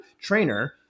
trainer